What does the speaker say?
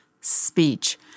speech